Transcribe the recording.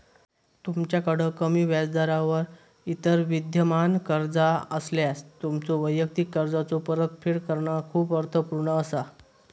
तुमच्याकड कमी व्याजदरावर इतर विद्यमान कर्जा असल्यास, तुमच्यो वैयक्तिक कर्जाचो परतफेड करणा खूप अर्थपूर्ण असा